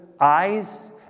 eyes